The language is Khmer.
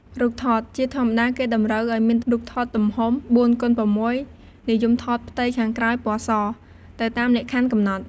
រូបថត: ជាធម្មតា គេតម្រូវឲ្យមានរូបថតទំហំ ៤x៦ (និយមថតផ្ទៃខាងក្រោយពណ៌ស) ទៅតាមលក្ខខណ្ឌកំណត់។